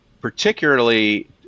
particularly